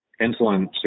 insulin